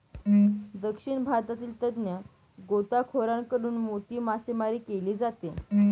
दक्षिण भारतातील तज्ञ गोताखोरांकडून मोती मासेमारी केली जाते